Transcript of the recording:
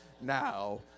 now